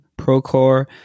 Procore